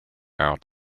our